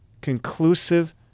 conclusive